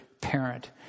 parent